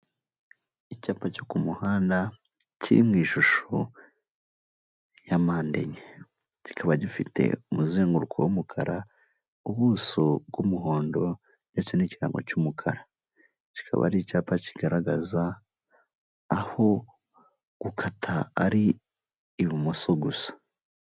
Icyapa cyo ku muhanda kiri mu ishusho ya mpande enye, kikaba gifite umuzenguruko w'umukara, ubuso bw'umuhondo ndetse n'icyarango cy'umukara. Kikaba ari icyapa kigaragaza aho gukata ari ibumoso gusa.